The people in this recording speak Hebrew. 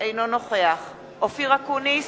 אינו נוכח אופיר אקוניס,